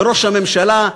ראש הממשלה,